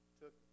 took